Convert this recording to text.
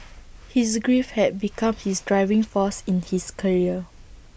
his grief had become his driving force in his career